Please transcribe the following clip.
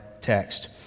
text